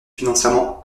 financièrement